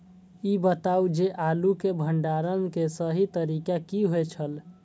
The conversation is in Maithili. ई बताऊ जे आलू के भंडारण के सही तरीका की होय छल?